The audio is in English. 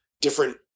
different